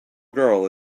girl